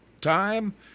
time